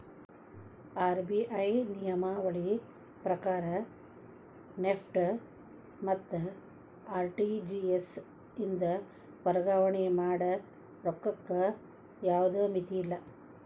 RBI ನಿಯಮಾವಳಿ ಪ್ರಕಾರ NEFT ಮತ್ತ ಆರ್.ಟಿ.ಜಿ.ಎಸ್ ಇಂದ ವರ್ಗಾವಣೆ ಮಾಡ ರೊಕ್ಕಕ್ಕ ಯಾವ್ದ್ ಮಿತಿಯಿಲ್ಲ